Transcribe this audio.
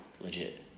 legit